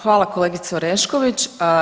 Hvala kolegice Orešković.